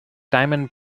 diamond